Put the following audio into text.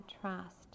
trust